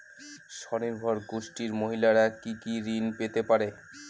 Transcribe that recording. স্বনির্ভর গোষ্ঠীর মহিলারা কি কি ঋণ পেতে পারে?